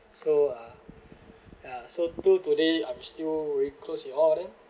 so uh ya till today I'm still very close with all of them